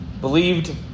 believed